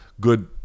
good